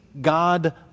God